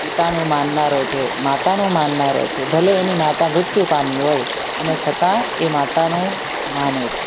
પિતાનું માનનારો છે માતાનું માનનારો છે ભલે એની માતા મૃત્યુ પામી હોય અને છતાં એ માતાનું માને છે